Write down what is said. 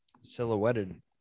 Silhouetted